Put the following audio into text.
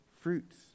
Fruits